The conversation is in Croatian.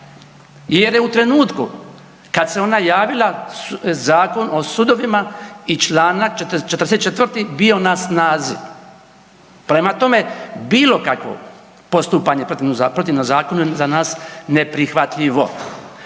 jer je u trenutku kad se ona javila, Zakon o sudovima i čl. 44. bio na snazi. Prema tome, bilokakvo postupanje protivno zakonu je za nas neprihvatljivo.